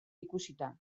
ikusita